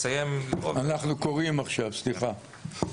אנחנו קוראים עכשיו, סליחה.